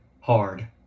hard